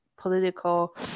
political